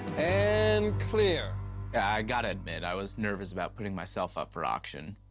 and clear. i got to admit, i was nervous about putting myself up for auction.